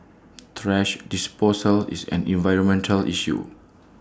thrash disposal is an environmental issue